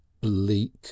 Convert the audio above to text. bleak